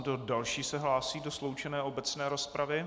Kdo další se hlásí do sloučené obecné rozpravy?